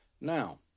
Now